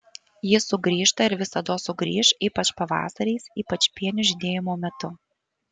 jis sugrįžta ir visados sugrįš ypač pavasariais ypač pienių žydėjimo metu